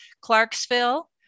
Clarksville